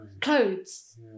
clothes